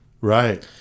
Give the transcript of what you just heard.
Right